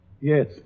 Yes